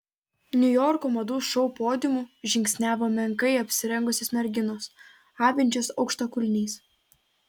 niujorko madų šou podiumu žingsniavo menkai apsirengusios merginos avinčios aukštakulniais